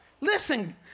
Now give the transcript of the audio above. Listen